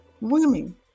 Women